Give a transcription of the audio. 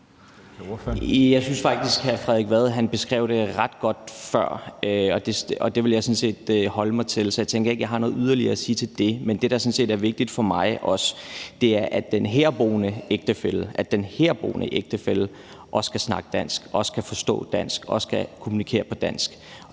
Jeg synes faktisk, at hr. Frederik Vad beskrev det ret godt før. Det vil jeg sådan set holde mig til. Så jeg tænker ikke, at jeg har noget yderligere at sige til det. Men det, der sådan set er vigtigt for mig, er, at den herboende ægtefælle også kan snakke dansk, også kan forstå dansk og også kan kommunikere på dansk,